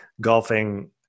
golfing